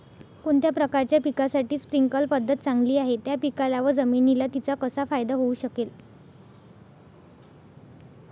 कोणत्या प्रकारच्या पिकासाठी स्प्रिंकल पद्धत चांगली आहे? त्या पिकाला व जमिनीला तिचा कसा फायदा होऊ शकेल?